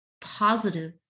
positive